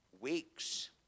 weeks